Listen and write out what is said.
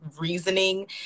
reasoning